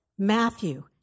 Matthew